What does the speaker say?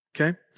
Okay